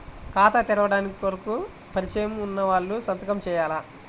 ఖాతా తెరవడం కొరకు పరిచయము వున్నవాళ్లు సంతకము చేయాలా?